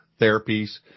therapies